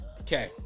okay